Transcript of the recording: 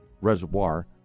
reservoir